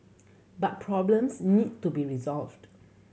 but problems need to be resolved